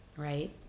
right